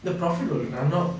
the profit will run out